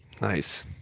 Nice